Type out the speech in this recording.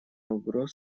угроз